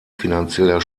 finanzieller